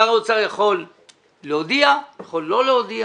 שר האוצר יכול להודיע, יכול לא להודיע